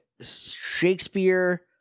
Shakespeare